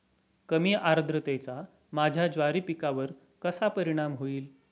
कमी आर्द्रतेचा माझ्या ज्वारी पिकावर कसा परिणाम होईल?